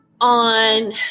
on